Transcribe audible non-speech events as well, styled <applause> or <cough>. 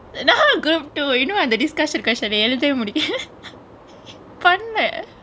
<laughs> நானு:naanu group two you know அந்த:anthe discussion question ன எலுதியே முடிக்கல:ne eluthiye mudikale <laughs> பன்ல:panle